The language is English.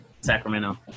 Sacramento